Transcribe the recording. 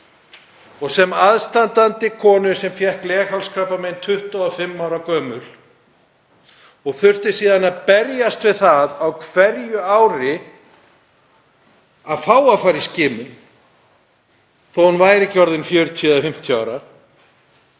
Sem aðstandandi konu sem fékk leghálskrabbamein 25 ára gömul og þurfti síðan að berjast við það á hverju ári að fá að fara í skimun, þó að hún væri ekki orðin 40 eða 50 ára,